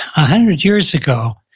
a hundred years ago,